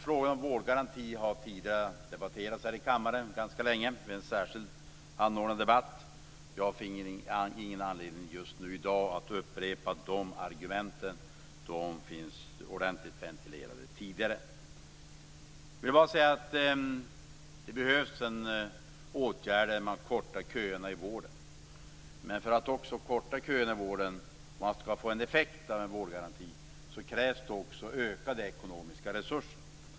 Frågan om vårdgaranti debatterades länge vid en särskild anordnad debatt. Jag finner ingen anledning att i dag upprepa de argumenten. De finns ordentligt ventilerade sedan tidigare. Det behövs åtgärder för att korta köerna i vården. Men för att korta köerna och få en effekt av vårdgarantin krävs det ökade ekonomiska resurser.